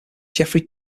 geoffrey